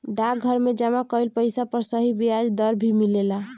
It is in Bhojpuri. डाकघर में जमा कइल पइसा पर सही ब्याज दर भी मिलेला